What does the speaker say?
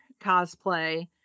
cosplay